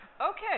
Okay